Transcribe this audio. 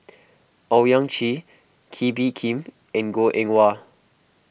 Owyang Chi Kee Bee Khim and Goh Eng Wah